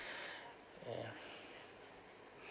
ya